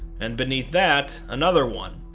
and beneath that another one,